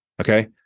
Okay